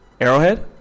Arrowhead